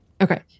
Okay